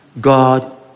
God